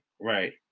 right